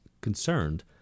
concerned